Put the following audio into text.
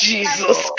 Jesus